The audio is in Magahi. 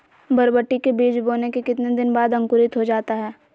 बरबटी के बीज बोने के कितने दिन बाद अंकुरित हो जाता है?